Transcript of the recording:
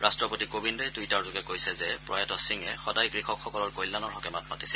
ৰাষ্ট্ৰপতি কোবিন্দে টুইটাৰযোগে কৈছে যে প্ৰয়াত সিঙে সদায় কৃষকসকলৰ কল্যাণৰ হকে মাত মাতিছিল